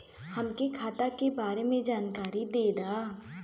हमके खाता के बारे में जानकारी देदा?